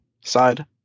side